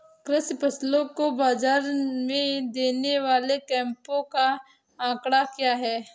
कृषि फसलों को बाज़ार में देने वाले कैंपों का आंकड़ा क्या है?